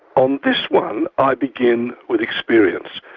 on this one i begin with experience.